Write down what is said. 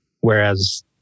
whereas